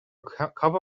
cover